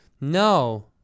No